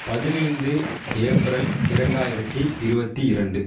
பதினைந்து ஏப்ரல் இரண்டாயிரத்தி இருபத்தி இரண்டு